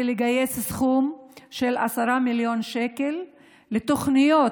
לגייס סכום של 10 מיליון שקל לתוכניות